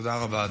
תודה רבה.